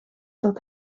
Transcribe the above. dat